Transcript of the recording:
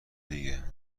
دیگه